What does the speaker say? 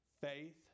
Faith